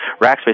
Rackspace